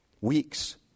weeks